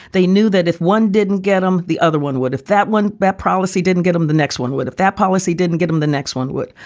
they knew that if one didn't get them, the other one would. if that one bad policy didn't get them, the next one would. if that policy didn't get them, the next one would.